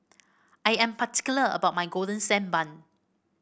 I am particular about my Golden Sand Bun